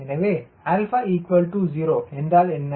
எனவே 𝛼 0 என்றால் என்ன